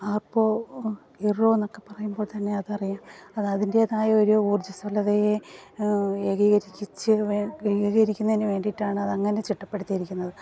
ആർപ്പോ ഇർറോ എന്നൊക്കെ പറയുമ്പോൾ തന്നെ അത് അറിയാം അതതിൻ്റേതായ ഒരു ഊർജ്ജസ്വലതയെ ഏകീകരിച്ചു ഏകീകരിക്കുന്നതിന് വേണ്ടിയിട്ടാണ് അത് അങ്ങനെ ചിട്ടപ്പെടുത്തി ഇരിക്കുന്നത്